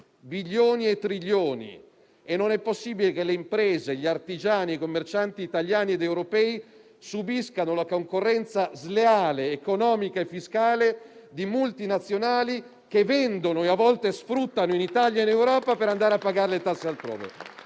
Non è possibile che le imprese, gli artigiani, i commercianti italiani ed europei subiscano la concorrenza sleale economica e fiscale di multinazionali che vendono - e a volte sfruttano - in Italia e in Europa per andare a pagare le tasse altrove.